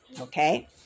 okay